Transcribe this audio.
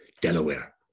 Delaware